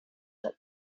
that